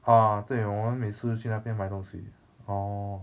uh 对我们每次去那边卖东西 orh